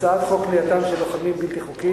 הצעת חוק כליאתם של לוחמים בלתי חוקיים,